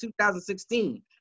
2016